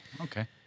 okay